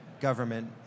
government